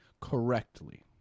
Correctly